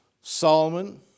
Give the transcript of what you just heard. Solomon